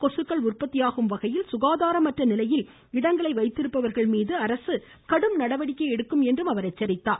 கொசுக்கள் உற்பத்தியாகும் வகையில் சுகாதாரமற்ற நிலையில் இடங்களை வைத்திருப்பவர்கள்மீது அரசு கடும் நடவடிக்கை எடுக்கும் என்றும் அவர் எச்சரித்தார்